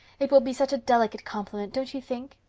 it will be such a delicate compliment, don't you think?